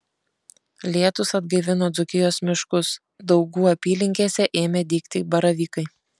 lietūs atgaivino dzūkijos miškus daugų apylinkėse ėmė dygti baravykai